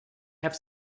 have